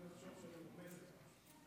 לנאומים בני דקה מספר הדוברים הולך ופוחת.